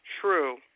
true